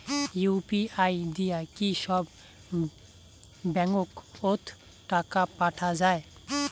UPI দিয়া কি সব ব্যাংক ওত টাকা পাঠা যায়?